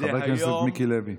חבר הכנסת מיקי לוי.